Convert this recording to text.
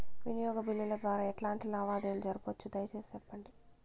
వినియోగ బిల్లుల ద్వారా ఎట్లాంటి లావాదేవీలు జరపొచ్చు, దయసేసి సెప్పండి?